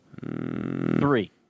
Three